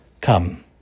Come